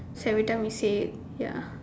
every time we say it ya